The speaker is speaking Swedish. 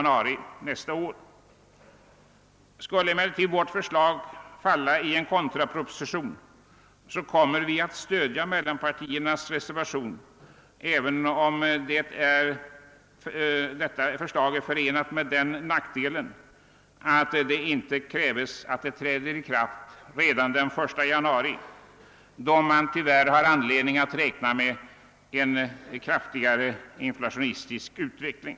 Om det förslaget skulle falla igenom vid votering om kontraproposition kommer vi att stödja mittenpartiernas reservation, även om deras förslag har den nackdelen, att det inte avses skola träda i kraft den 1 januari 1971 då man har anledning räkna med en kraftigare inflationistisk utveckling.